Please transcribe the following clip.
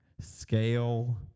scale